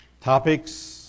topics